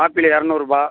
apple இரநூறுபா